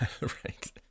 Right